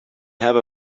have